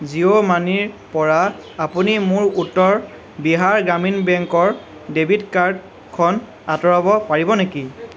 জিঅ' মানিৰ পৰা আপুনি মোৰ উত্তৰ বিহাৰ গ্ৰামীণ বেংকৰ ডেবিট কাৰ্ডখন আঁতৰাব পাৰিব নেকি